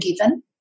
given